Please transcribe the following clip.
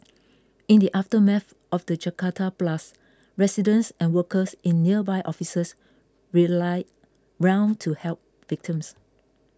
in the aftermath of the Jakarta blasts residents and workers in nearby offices rallied round to help victims